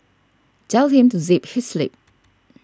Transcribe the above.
tell him to zip his lip